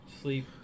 sleep